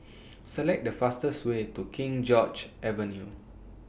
Select The fastest Way to King George's Avenue